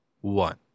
one